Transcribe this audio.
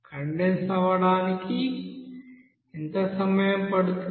condense అవ్వటానికి ఎంత సమయం పడుతుంది